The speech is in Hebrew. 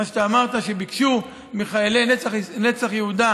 על מה שאמרת שביקשו מחיילי נצח יהודה